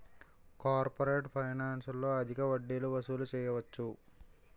corporate ఫైనాన్స్లో అధిక వడ్డీలు వసూలు చేయవచ్చు